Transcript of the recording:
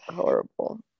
horrible